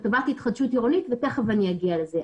לטובת התחדשות עירונית ותכף אני אגיע לזה.